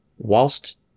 Whilst